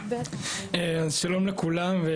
שלום לכולם.